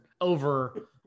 over